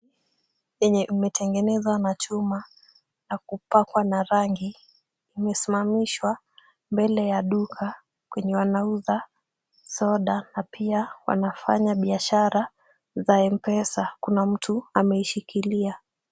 Baiskeli yenye imetengenezaa na chuma na kupakwa na rangi imesimamishwa mbele ya duka kwenye wanauza soda, na pia, wanafanya biashara za M-pesa; kuna mtu ameishikilia.